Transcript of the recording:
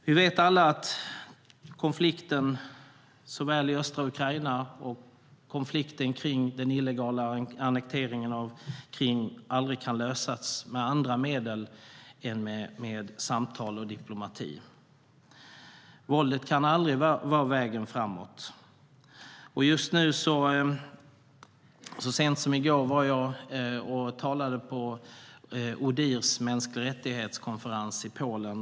Vi vet alla att såväl konflikten i Ukraina som konflikten kring den illegala annekteringen av Krim aldrig kan lösas med andra medel än samtal och diplomati. Våld kan aldrig vara vägen framåt. Så sent som i går talade jag på Odihrs konferens om mänskliga rättigheter i Polen.